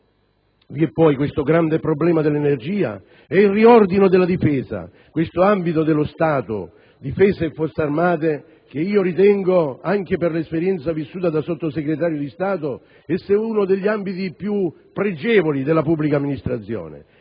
è poi il grande problema dell'energia e il riordino della Difesa, questo ambito dello Stato, Difesa e Forze armate, che io ritengo, anche per l'esperienza vissuta da Sottosegretario di Stato, essere uno degli ambiti più pregevoli della pubblica amministrazione.